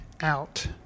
out